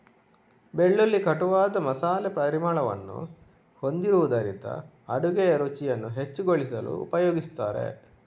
ಬೆಳ್ಳುಳ್ಳಿ ಕಟುವಾದ ಮಸಾಲೆ ಪರಿಮಳವನ್ನು ಹೊಂದಿರುವುದರಿಂದ ಅಡುಗೆಯ ರುಚಿಯನ್ನು ಹೆಚ್ಚುಗೊಳಿಸಲು ಉಪಯೋಗಿಸುತ್ತಾರೆ